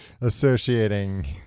associating